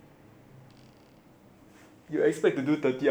you expect to do thirty hours of work in like week eh